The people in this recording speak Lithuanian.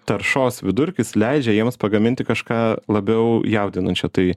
taršos vidurkis leidžia jiems pagaminti kažką labiau jaudinančio tai